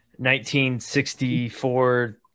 1964